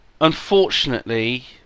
unfortunately